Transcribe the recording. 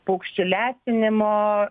paukščių lesinimo